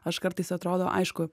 aš kartais atrodo aišku